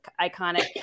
iconic